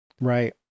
Right